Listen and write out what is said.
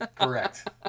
correct